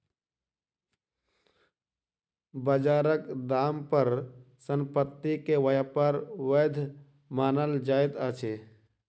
बजारक दाम पर संपत्ति के व्यापार वैध मानल जाइत अछि